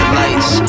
lights